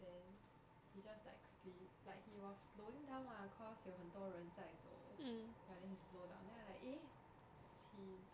then he just like quickly like he was slowing down ah cause 有很多人在走 ya then he slow down then I like eh it's him